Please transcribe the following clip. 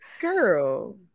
girl